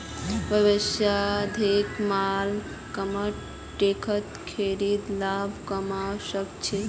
व्यवसायी थोकत माल कम रेटत खरीदे लाभ कमवा सक छी